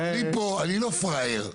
אני לא פראייר.